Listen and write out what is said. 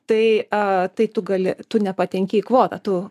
tai a tai tu gali tu nepatenki į kvotą tu